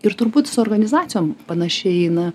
ir turbūt su organizacijom panašiai na